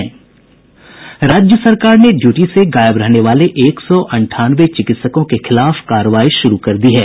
राज्य सरकार ने ड्यूटी से गायब रहने वाले एक सौ अंठानवे चिकित्सकों के खिलाफ कार्रवाई शुरू कर दी है